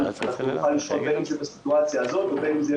יוכלו לקבל מענה תזרימי כולל לסיטואציה הזאת יחסית